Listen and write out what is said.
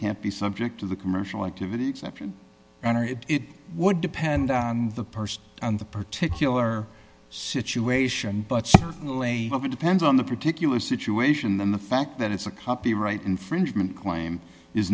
can't be subject to the commercial activity exemption and it would depend on the person and the particular situation but certainly it depends on the particular situation and the fact that it's a copyright infringement claim is